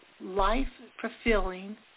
life-fulfilling